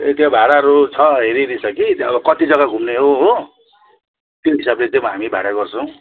ए त्यहाँ भाडाहरू छ हेरी हेरी छ कि कति जगा घुम्ने हो हो त्यो हिसाबले चाहिँ हामी भाडा गर्छौँ